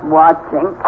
watching